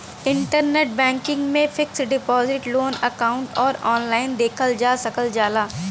internet banking में fixed deposit loan account भी online देखल जा सकल जाला